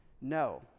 No